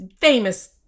famous